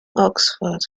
oxford